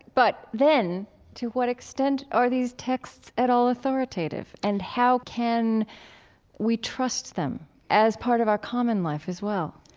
but then to what extent are these texts at all authoritative, and how can we trust them as part of our common life as well?